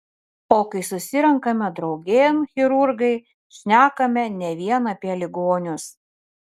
o kai susirenkame draugėn chirurgai šnekame ne vien apie ligonius